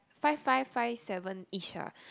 five five five seven ish ah